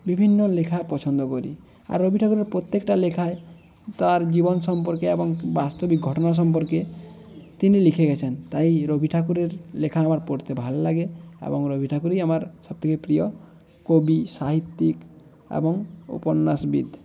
বিভিন্ন লেখা পছন্দ করি আর রবি ঠাকুরের প্রত্যেকটা লেখায় তার জীবন সম্পর্কে এবং বাস্তবিক ঘটনা সম্পর্কে তিনি লিখে গেছেন তাই রবি ঠাকুরের লেখা আমার পড়তে ভাল লাগে এবং রবি ঠাকুরই আমার সব থেকে প্রিয় কবি সাহিত্যিক এবং উপন্যাসবিদ